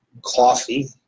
Coffee